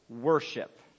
worship